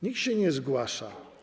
Nikt się nie zgłasza.